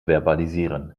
verbalisieren